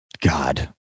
God